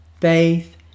faith